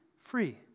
free